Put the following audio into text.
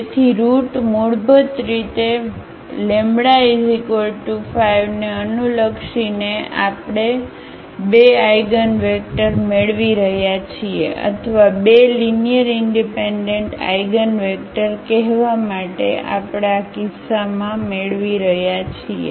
તેથી રુટમૂળભૂત રીતે λ 5 ને અનુલક્ષીને આપણે 2 આઇગનવેક્ટર મેળવી રહ્યા છીએ અથવા 2 લીનીઅરઇનડિપેન્ડન્ટ આઇગનવેક્ટર કહેવા માટે આપણે આ કિસ્સામાં મેળવી રહ્યા છીએ